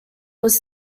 was